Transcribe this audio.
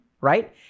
right